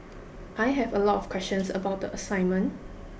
I had a lot of questions about the assignment